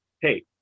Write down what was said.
Hey